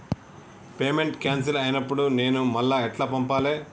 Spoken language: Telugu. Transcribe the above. పేమెంట్ క్యాన్సిల్ అయినపుడు నేను మళ్ళా ఎట్ల పంపాలే?